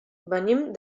venim